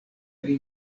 pri